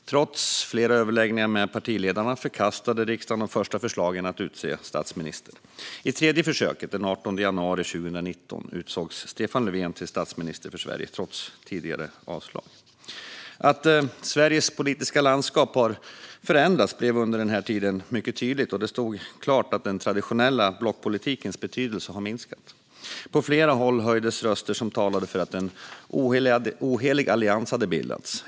Trots flera överläggningar med partiledarna förkastade riksdagen de första förslagen att utse statsminister. I tredje försöket, den 18 januari 2019, utsågs Stefan Löfven till statsminister trots tidigare avslag. Att Sveriges politiska landskap har förändrats blev under den här tiden mycket tydligt, och det stod klart att den traditionella blockpolitikens betydelse har minskat. På flera håll höjdes röster som talade om att en ohelig allians hade bildats.